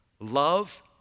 Love